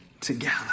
together